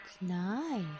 nice